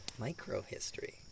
microhistory